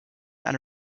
and